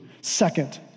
Second